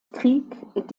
krieg